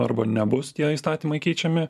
arba nebus tie įstatymai keičiami